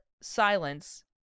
silence